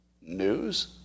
news